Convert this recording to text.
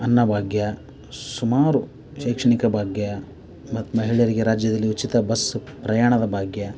ಅನ್ನ ಭಾಗ್ಯ ಸುಮಾರು ಶೈಕ್ಷಣಿಕ ಭಾಗ್ಯ ಮತ್ತು ಮಹಿಳೆಯರಿಗೆ ರಾಜ್ಯದಲ್ಲಿ ಉಚಿತ ಬಸ್ಸು ಪ್ರಯಾಣದ ಭಾಗ್ಯ